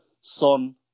Son